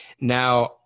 Now